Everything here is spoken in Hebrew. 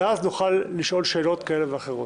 ואז נוכל לשאול שאלות כאלה ואחרות.